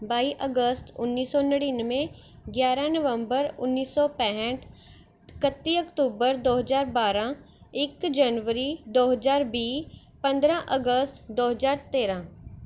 ਬਾਈ ਅਗਸਤ ਉੱਨੀ ਸੌ ਨੜਿਨਵੇਂ ਗਿਆਰ੍ਹਾਂ ਨਵੰਬਰ ਉੱਨੀ ਸੌ ਪੈਂਹਠ ਇਕੱਤੀ ਅਕਤੂਬਰ ਦੋ ਹਜ਼ਾਰ ਬਾਰ੍ਹਾਂ ਇੱਕ ਜਨਵਰੀ ਦੋ ਹਜ਼ਾਰ ਵੀਹ ਪੰਦਰ੍ਹਾਂ ਅਗਸਤ ਦੋ ਹਜ਼ਾਰ ਤੇਰ੍ਹਾਂ